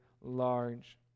large